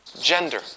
gender